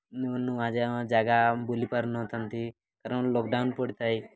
ନୂଆ ଯେଉଁ ଜାଗା ବୁଲି ପାରୁନଥାନ୍ତି କାରଣ ଲକ୍ଡ଼ାଉନ୍ ପଡ଼ିଥାଏ